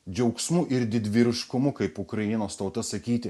džiaugsmu ir didvyriškumu kaip ukrainos tauta sakyti